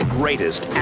greatest